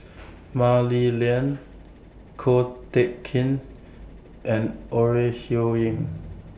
Mah Li Lian Ko Teck Kin and Ore Huiying